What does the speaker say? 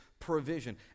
provision